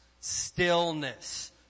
stillness